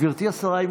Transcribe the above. גברתי השרה,